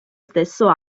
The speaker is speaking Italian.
stesso